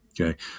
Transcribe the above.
okay